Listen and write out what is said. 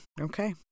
Okay